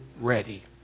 ready